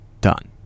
done